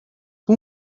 fue